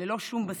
ללא שום בסיס.